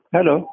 Hello